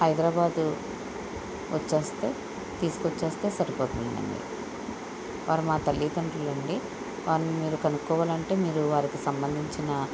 హైదరాబాదు వచ్చేస్తే తీసుకొచ్చేస్తే సరిపోతుందండి వారు మా తల్లితండ్రులండి వారిని మీరు కనుక్కోవాలంటే మీరు వారికీ సంబంధించిన